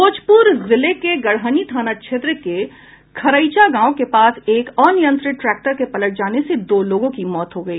भोजपुर जिले के गड़हनी थाना क्षेत्र के खरईचा गांव के पास एक अनियंत्रित ट्रैक्टर के पलट जाने से दो लोगों की मौत हो गयी